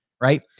right